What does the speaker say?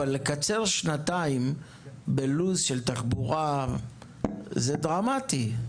אבל לקצר שנתיים בלו"ז של תחבורה זה דרמטי.